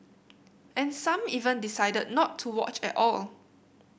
and some even decided not to watch at all